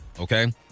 okay